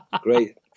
Great